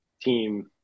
team